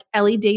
LED